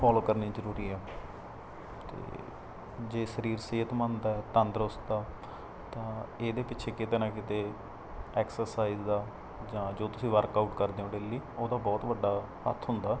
follow ਕਰਨੀ ਜ਼ਰੂਰੀ ਹੈ ਅਤੇ ਜੇ ਸਰੀਰ ਸਿਹਤਮੰਦ ਹੈ ਤੰਦਰੁਸਤ ਹੈ ਤਾਂ ਇਹਦੇ ਪਿੱਛੇ ਕਿਤੇ ਨਾ ਕਿਤੇ ਐਕਸਰਸਾਈਜ਼ ਦਾ ਜਾਂ ਜੋ ਤੁਸੀਂ ਵਰਕਆਊਟ ਕਰਦੇ ਹੋ ਡੇਲੀ ਉਹਦਾ ਬਹੁਤ ਵੱਡਾ ਹੱਥ ਹੁੰਦਾ